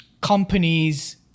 companies